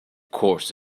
course